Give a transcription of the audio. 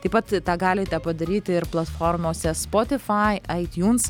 taip pat tą galite padaryti ir platformose spotify itunes